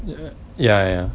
ya ya ya